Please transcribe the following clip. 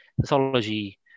pathology